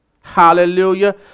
hallelujah